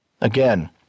Again